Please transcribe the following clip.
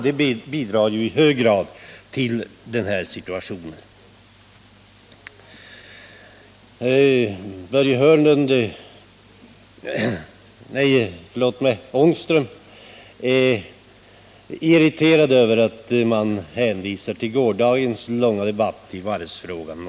Det bidrar ju i hög grad till det här svåra läget. Rune Ångström är irriterad över att man hänvisar till gårdagens långa debatt i varvsfrågan.